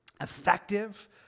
effective